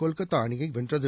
கொல்கத்தா அணியை வென்றது